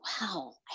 Wow